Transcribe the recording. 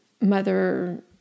mother